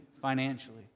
financially